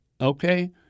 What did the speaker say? okay